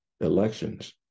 elections